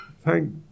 thank